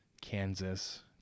Kansas